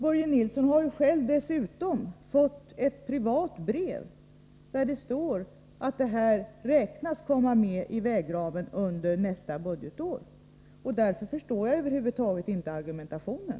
Börje Nilsson har dessutom fått ett privat brev där det står att detta projekt beräknas komma med i vägramen under nästa budgetår. Därför förstår jag över huvud taget inte argumentationen.